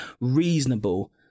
reasonable